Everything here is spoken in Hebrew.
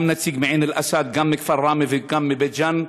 גם נציג מעין אל-אסד, גם מכפר ראמה וגם מבית ג'ן.